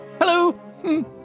Hello